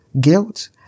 guilt